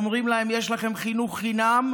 אומרים להם: יש לכם חינוך חינם,